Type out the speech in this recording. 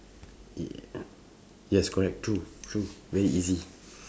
yeah yes correct true true very easy